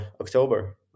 October